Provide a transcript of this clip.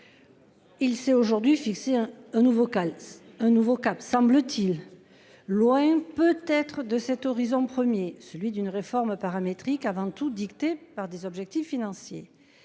Il sait aujourd'hui fixé hein. Un nouveau. Un nouveau cap semble-t-il loin peut être de cet horizon 1er celui d'une réforme paramétrique avant tout dictés par des objectifs financiers.